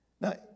Now